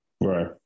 Right